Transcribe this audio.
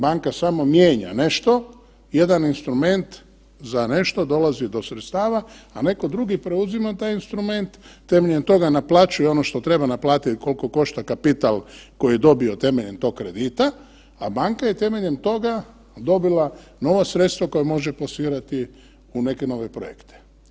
Banka samo mijenja nešto jedan instrument za nešto, dolazi do sredstava, a netko drugi preuzima taj instrument, temeljem toga naplaćuje ono što treba naplatiti, koliko košta kapital koji je dobio temeljem tog kredita, a banka je temeljem toga dobila nova sredstva koja može plasirati u neke nove projekte.